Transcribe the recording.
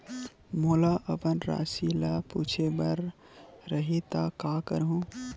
मोला अपन राशि ल पूछे बर रही त का करहूं?